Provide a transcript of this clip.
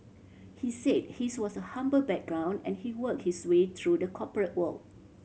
he said his was a humble background and he work his way through the corporate world